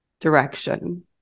direction